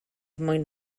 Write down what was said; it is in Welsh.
mwyn